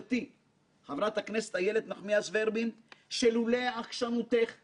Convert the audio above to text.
הנושא לא היה עולה לסדר היום הציבורי בעוצמה הנדרשת